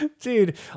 dude